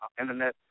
internet